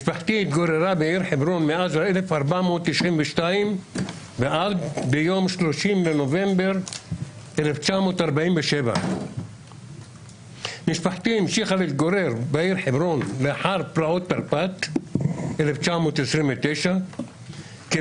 משפחתי התגוררה בעיר חברון מאז 1492 ועד ליום 30 בנובמבר 1947. משפחתי המשיכה להתגורר בעיר חברון לאחר פרעות תרפ"ט 1929 כמשפחה